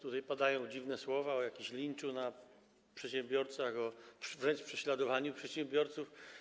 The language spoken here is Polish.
Tutaj padają dziwne słowa o jakimś linczu na przedsiębiorcach, wręcz o prześladowaniu przedsiębiorców.